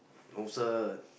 no cert